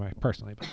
personally